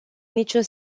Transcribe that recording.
niciun